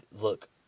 Look